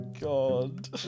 god